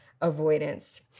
avoidance